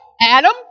Adam